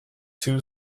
too